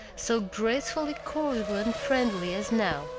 so gracefully cordial and friendly, as now,